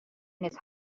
his